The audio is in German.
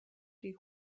die